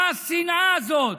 מה השנאה הזאת?